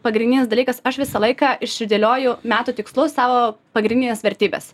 pagrindinis dalykas aš visą laiką išsidėlioju metų tikslus savo pagrindines vertybes